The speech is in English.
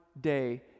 day